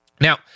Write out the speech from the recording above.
Now